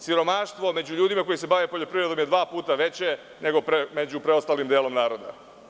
Siromaštvo među ljudima koji se bave poljoprivredom je dva puta veće nego među preostalim delom naroda.